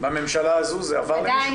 בממשלה הזו זה עבר למישהו?